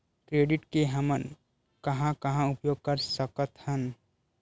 Credit के हमन कहां कहा उपयोग कर सकत हन?